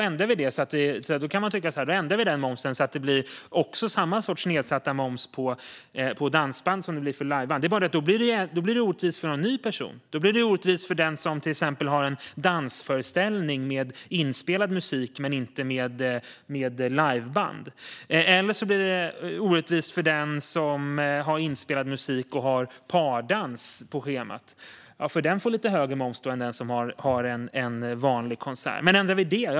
Man kan tycka att då ändrar vi momsen så att det blir samma sorts nedsatta moms på dansband som det är på liveband. Det är bara det att då blir det orättvist för någon ny person. Då blir det orättvist för den som till exempel har en dansföreställning med inspelad musik men inte med liveband. Det kan också bli orättvist för den som har inspelad musik och har pardans på schemat, för den får då lite högre moms än den som har en vanlig konsert.